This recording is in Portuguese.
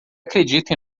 acredito